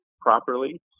properly